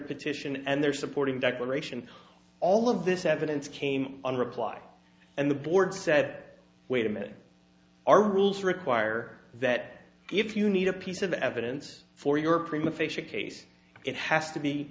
petition and their supporting declaration all of this evidence came on reply and the board said wait a minute our rules require that if you need a piece of evidence for your prima facia case it has to be